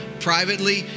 privately